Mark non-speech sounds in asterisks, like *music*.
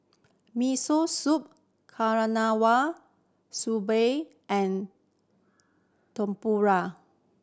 Miso Soup Okinawa *unintelligible* and Tempura